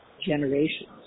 Generations